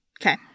Okay